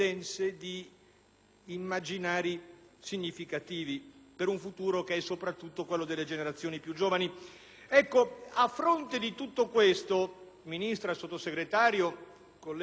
immaginari significativi per un futuro che è soprattutto quello delle generazioni più giovani.